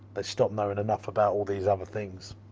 they stop knowing enough about all these other things.